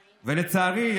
לצערי,